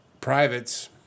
privates